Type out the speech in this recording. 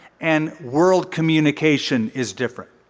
and world communication is different.